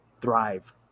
thrive